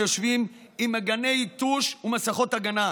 היושבים עם מגיני עיטוש ומסכות הגנה,